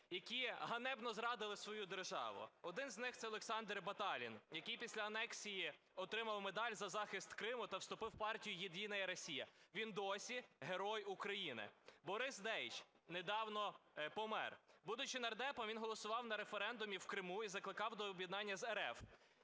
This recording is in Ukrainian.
які ганебно зрадили свою державу. Один з них – це Олександр Баталін, який після анексії отримав медаль за захист Криму та вступив в партію "Единая Россия", він досі Герой України. Борис Дейч, недавно помер, будучи нардепом, він голосував на референдумі в Криму і закликав до об'єднання з РФ,